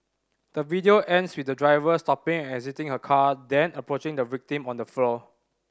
the video ends with the driver stopping and exiting her car then approaching the victim on the floor